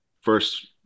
first